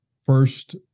first